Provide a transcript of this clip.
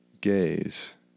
gaze